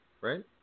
right